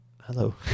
Hello